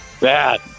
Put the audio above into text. Bad